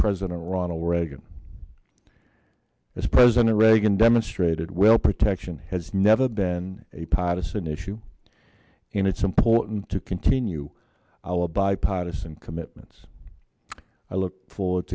president ronald reagan as president reagan demonstrated well protection has never been a partisan issue and it's important to continue i'll a bipartisan commitments i look forward